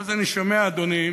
ואז אני שומע, אדוני,